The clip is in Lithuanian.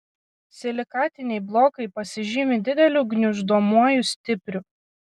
silikatiniai blokai pasižymi dideliu gniuždomuoju stipriu